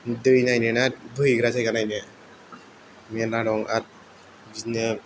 दै नायनोना बोहैग्रा जायगा नायनो मेरला दं आरो बिदिनो